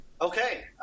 Okay